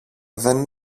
δεν